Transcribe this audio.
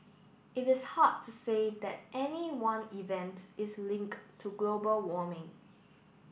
it is hard to say that any one event is linked to global warming